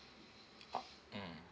oh mm